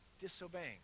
disobeying